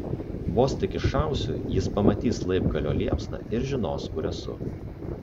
vos tik iššausiu jis pamatys laibgalio liepsną ir žinos kur esu